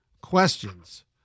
questions